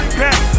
back